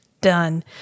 done